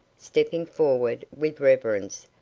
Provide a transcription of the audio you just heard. stepping forward with reverence,